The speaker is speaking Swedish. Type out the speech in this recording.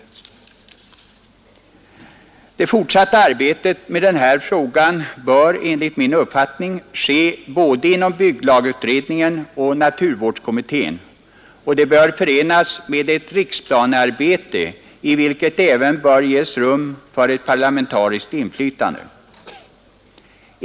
Det fortsatta arbetet med denna fråga bör ske både inom bygglagutredningen och inom naturvårdskommittén och det bör förenas med ett riksplanearbete, i vilket även bör ges rum för ett parlamentariskt inflytande.